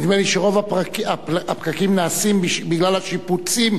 נדמה לי שרוב הפקקים נעשים בגלל השיפוצים.